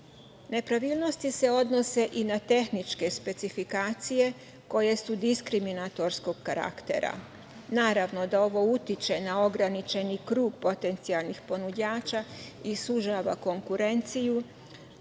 ponuda. Nepravilnosti se odnose i na tehničke specifikacije koje su diskriminatorskog karaktera. Naravno da ovo utiče na ograničeni krug potencijalnih ponuđača i sužava konkurenciju,